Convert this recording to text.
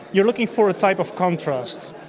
you're looking for a type of contrast.